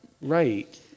Right